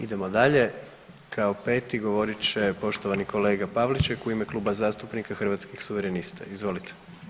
Idemo dalje, kao 5. govorit će poštovani kolega Pavliček u ime Kluba zastupnika Hrvatskih suverenista, izvolite.